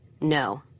No